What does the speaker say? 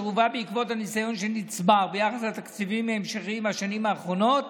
והוא הובא בעקבות הניסיון שנצבר ביחס לתקציבים ההמשכיים בשנים האחרונות,